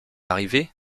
arrivée